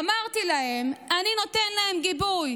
"אמרתי להם: אני נותן להם גיבוי.